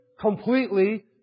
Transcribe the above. completely